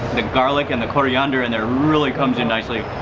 the garlic, and the coriander in there really comes in nicely.